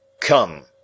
Come